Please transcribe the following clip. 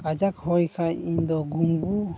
ᱠᱟᱡᱟᱠ ᱦᱚᱭ ᱠᱷᱟᱱ ᱤᱧᱫᱚ ᱜᱷᱩᱜᱩ